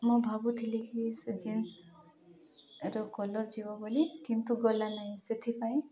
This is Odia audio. ମୁଁ ଭାବୁଥିଲି କି ସେ ଜିନ୍ସର କଲର୍ ଯିବ ବୋଲି କିନ୍ତୁ ଗଲା ନାହିଁ ସେଥିପାଇଁ